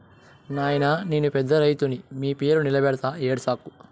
నాయినా నేను పెద్ద రైతుని మీ పేరు నిలబెడతా ఏడ్సకు